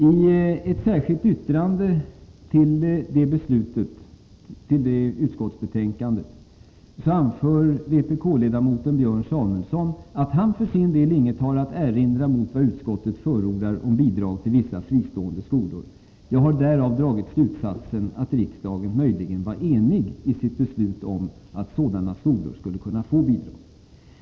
I ett särskilt yttrande till det utskottsbetänkandet anför vpk-ledamoten Björn Samuelson att han för sin del inte har något att erinra mot vad utskottet förordar om bidrag till vissa fristående skolor. Jag har därav dragit slutsatsen att riksdagen möjligen var enig i sitt beslut om att sådana skolor skulle kunna få bidrag.